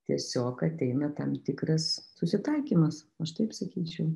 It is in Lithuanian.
tiesiog ateina tam tikras susitaikymas aš taip sakyčiau